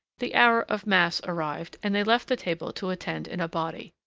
the hour of mass arrived, and they left the table to attend in a body.